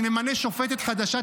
אני ממנה שופטת חדשה,